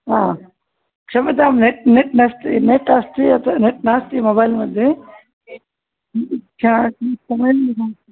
हा क्षम्यतां net net नास्ति नेट् अस्ति अतः नेट् नास्ति मोबैल् मध्ये